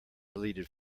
deleted